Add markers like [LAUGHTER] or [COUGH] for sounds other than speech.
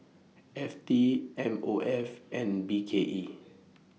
F T M O F and B K E [NOISE]